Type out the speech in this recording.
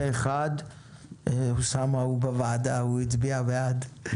מי נגד?